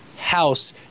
house